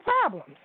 problems